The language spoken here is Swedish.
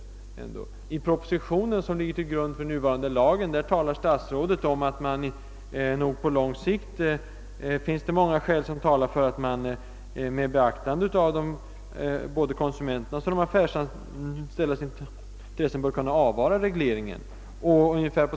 I den proposition som ligger till grund för den nuvarande lagen framhåller statsrådet att det nog på lång sikt finns många skäl som talar för att man med beaktande av både konsumenternas och de affärsanställdas intressen bör kunna avvara regleringen.